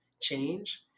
change